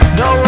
no